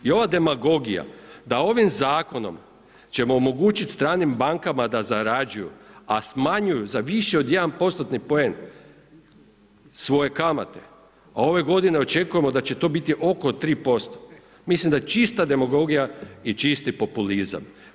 I ova demagogija da ovim zakonom ćemo omogućiti stranim bankama da zarađuju, a smanjuju za više od 1%-tni poen svoje kamate, a ove godine očekujemo da će to biti oko 3%, mislim da čista demagogija i čisti populizam.